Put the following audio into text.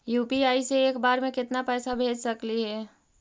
UPI से एक बार मे केतना पैसा भेज सकली हे?